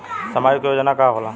सामाजिक योजना का होला?